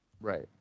Right